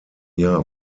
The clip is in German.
jahr